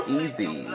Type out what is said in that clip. easy